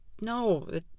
no